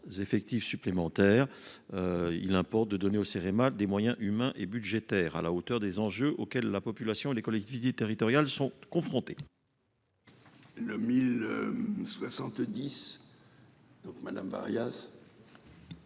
effectifs supplémentaires. Il importe de donner au Cerema des moyens humains et budgétaires à la hauteur des enjeux auxquels la population et les collectivités territoriales sont confrontées. L'amendement